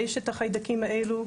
יש את החיידקים האלו,